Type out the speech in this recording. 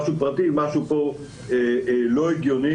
מתי משהו אתה מוריד אותו ומתי הוא תוכן.